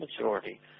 majority